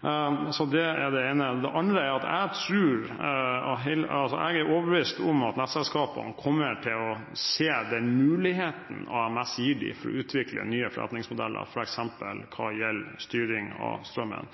Det er det ene. Det andre er at jeg er overbevist om at nettselskapene kommer til å se den muligheten AMS gir dem til å utvikle nye forretningsmodeller, f.eks. når det gjelder styring av strømmen.